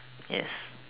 es